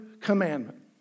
commandment